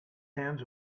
hands